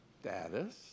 status